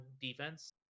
defense